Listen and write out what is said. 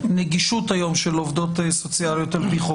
הנגישות היום של עובדות סוציאליות לחוק